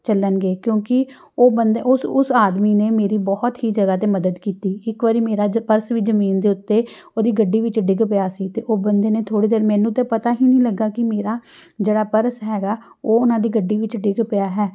ਚੱਲਣਗੇ ਕਿਉਂਕਿ ਉਹ ਬੰਦੇ ਉਸ ਉਸ ਆਦਮੀ ਨੇ ਮੇਰੀ ਬਹੁਤ ਹੀ ਜਗ੍ਹਾ 'ਤੇ ਮਦਦ ਕੀਤੀ ਇੱਕ ਵਾਰੀ ਮੇਰਾ ਜ ਪਰਸ ਵੀ ਜ਼ਮੀਨ ਦੇ ਉੱਤੇ ਉਹਦੀ ਗੱਡੀ ਵਿੱਚ ਡਿੱਗ ਪਿਆ ਸੀ ਅਤੇ ਉਹ ਬੰਦੇ ਨੇ ਥੋੜ੍ਹੇ ਦੇਰ ਮੈਨੂੰ ਤਾਂ ਪਤਾ ਹੀ ਨਹੀਂ ਲੱਗਾ ਕਿ ਮੇਰਾ ਜਿਹੜਾ ਪਰਸ ਹੈਗਾ ਉਹ ਉਹਨਾਂ ਦੀ ਗੱਡੀ ਵਿੱਚ ਡਿੱਗ ਪਿਆ ਹੈ